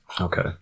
Okay